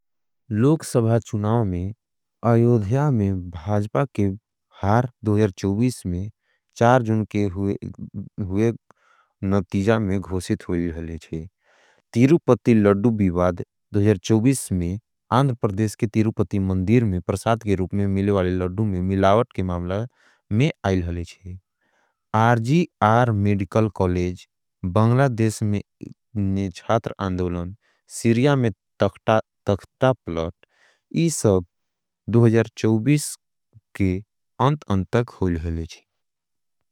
लोक सभा चुनाव में, आयोध्या में, भाजबा के भार में, चार जुन के हुए नतीजा में घोसित हो लिए हले छे। तीरुपती लडु बिवाद में, आंद्रपर्देश के तीरुपती मंदीर में, परसाद के रूप में, मिले वाले लडु में, मिलावट के मामला में, आयल हले छे। RG Kar medical college, Bangladesh में चात्र आंदोलन, सिरिया में तक्टा प्लट, इस सब के अंत अंतक हुल हले छे।